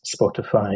Spotify